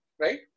right